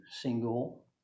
single